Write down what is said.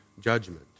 judgment